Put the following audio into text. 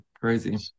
crazy